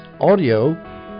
audio